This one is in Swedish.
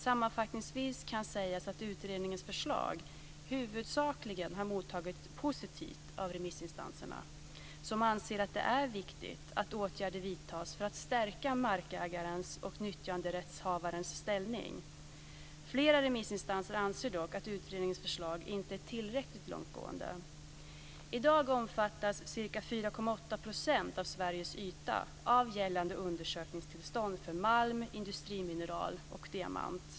Sammanfattningsvis kan sägas att utredningens förslag huvudsakligen har mottagits positivt av remissinstanserna, som anser att det är viktigt att åtgärder vidtas för att stärka markägares och nyttjanderättshavares ställning. Flera remissinstanser anser dock att utredningens förslag inte är tillräckligt långtgående. I dag omfattas ca 4,8 % av Sveriges yta av gällande undersökningstillstånd för malm, industrimineral och diamant.